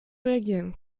reagieren